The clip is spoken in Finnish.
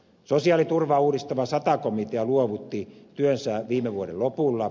sosiaaliturvaa uudistava sata komitea luovutti työnsä viime vuoden lopulla